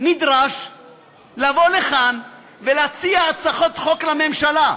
נדרש לבוא לכאן ולהציע הצעת חוק לממשלה,